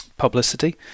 publicity